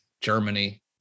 Germany